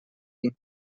vint